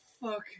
fuck